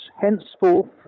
henceforth